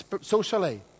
socially